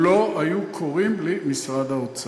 לא היו קורים בלי משרד האוצר.